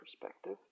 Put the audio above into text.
perspective